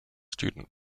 student